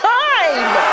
time